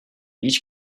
each